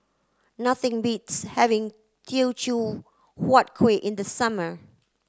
nothing beats having Teochew Huat Kuih in the summer